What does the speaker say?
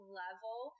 level